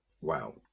Wow